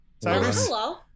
hello